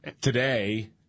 today